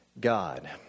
God